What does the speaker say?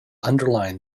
underline